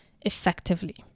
effectively